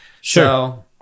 Sure